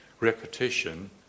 Repetition